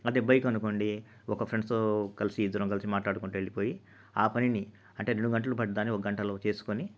అదే బైకు అనుకోండి ఒక ఫ్రెండ్స్తో కలిసి ఇద్దరం కలిసి మాట్లాడుకుంటా వెళ్ళిపోయి ఆ పనిని అంటే రెండు గంటలు పట్టేదాన్ని ఒక గంటలో చేసుకోని